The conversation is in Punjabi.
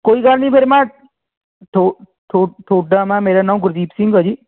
ਕੋਈ ਗੱਲ ਨਹੀਂ ਫਿਰ ਮੈਂ ਤੁਹਾਡਾ ਮੈਂ ਮੇਰਾ ਨਾਮ ਗੁਰਦੀਪ ਸਿੰਘ ਹੈ ਜੀ